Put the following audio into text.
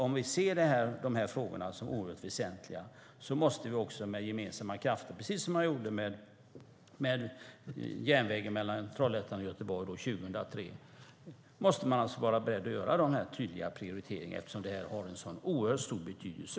Om vi ser de här frågorna som synnerligen väsentliga måste vi också med gemensamma krafter vara beredda att göra tydliga prioriteringar - precis som när det gällde järnvägen mellan Trollhättan och Göteborg 2003 - eftersom detta har en sådan oerhört stor betydelse.